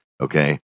Okay